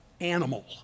animal